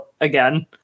again